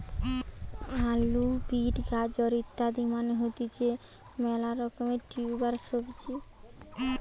আলু, বিট, গাজর ইত্যাদি মানে হতিছে মেলা রকমের টিউবার সবজি